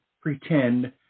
pretend